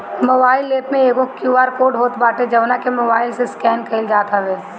mobile app में एगो Q R code होत बाटे जवना के मोबाईल से स्केन कईल जात हवे